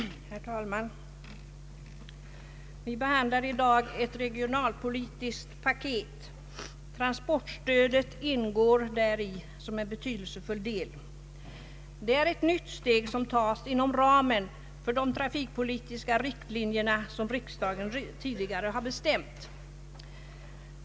Herr talman! Vi behandlar i dag ett regionalpolitiskt paket, och transportstödet ingår däri som en betydelsefull del. Det är ett nytt steg som tas inom ramen för de trafikpolitiska riktlinjer som riksdagen tidigare har bestämt.